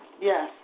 Yes